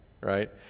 right